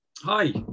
Hi